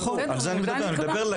נכון, על